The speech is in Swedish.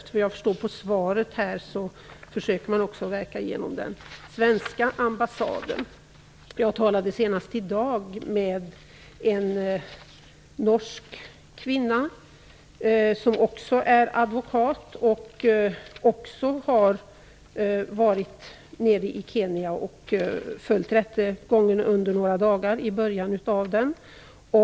Av svaret framgår det också att man försöker verka från den svenska ambassadens sida. Jag talade senast i dag med en norsk kvinnlig advokat och som också har varit i Kenya för att följa rättegången under några dagar.